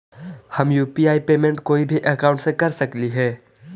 हम UPI payment कोई भी अकाउंट से कर सकली हे?